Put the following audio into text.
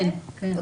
כן.